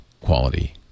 quality